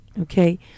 Okay